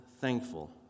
thankful